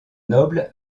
nobles